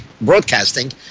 Broadcasting